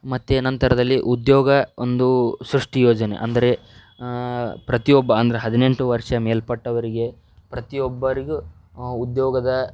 ಮತ್ತು ನಂತರದಲ್ಲಿ ಉದ್ಯೋಗ ಒಂದು ಸೃಷ್ಟಿ ಯೋಜನೆ ಅಂದರೆ ಪ್ರತಿಯೊಬ್ಬ ಅಂದರೆ ಹದಿನೆಂಟು ವರ್ಷ ಮೇಲ್ಪಟ್ಟವರಿಗೆ ಪ್ರತಿಯೊಬ್ಬರಿಗೂ ಉದ್ಯೋಗದ